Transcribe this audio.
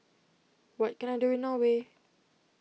what can I do in Norway